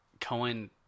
Cohen